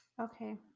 Okay